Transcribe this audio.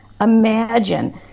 imagine